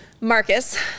Marcus